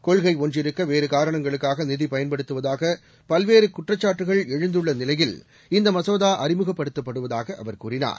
கொள்கை ஒன்றிருக்க வேறு காரணங்களுக்காக நிதி பயன்படுத்துவதாக பல்வேறு குற்றச்சாட்டுகள் எழுந்துள்ள நிலையில் இந்த மசோதா அறிமுகப்படுத்தப்படுவதாக அவர் கூறினார்